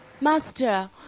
Master